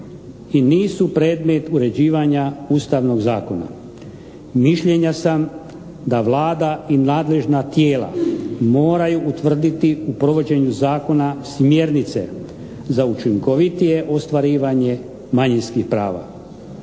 i nisu predmet uređivanja Ustavnog zakona. Mišljenja sam da Vlada i nadležna tijela moraju utvrditi u provođenju Zakona smjernice za učinkovitije ostvarivanje manjinskih prava.